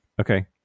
Okay